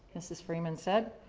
mrs. freeman said.